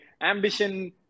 ambition